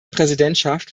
präsidentschaft